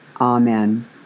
Amen